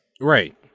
Right